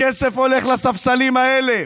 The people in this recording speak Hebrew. הכסף הולך לספסלים האלה,